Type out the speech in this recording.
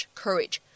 courage